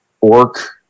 Orc